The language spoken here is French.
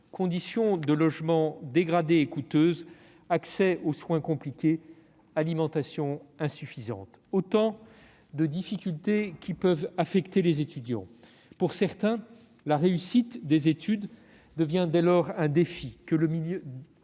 conditions de logement dégradées et coûteuses, accès aux soins compliqué, alimentation insuffisante, etc. Autant de difficultés qui peuvent affecter les étudiants. Pour certains, la réussite des études devient un défi dès lors que le milieu